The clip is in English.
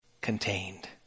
contained